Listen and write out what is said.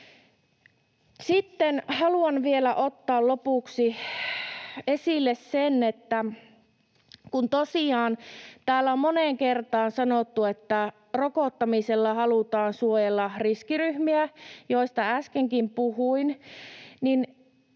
Sitten haluan vielä ottaa lopuksi esille sen, että kun tosiaan täällä on moneen kertaan sanottu, että rokottamisella halutaan suojella riskiryhmiä, joista äskenkin puhuin, niin